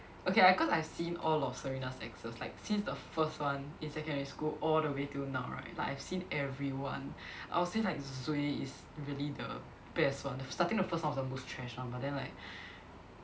okay lah I cause I've seen all of Serena's exes like since the first one in secondary school all the way till now right like I've seen everyone I'll say like Zway is really the best one starting the first one was the most trash one but then like